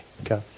Okay